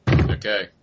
Okay